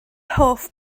hoff